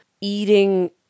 eating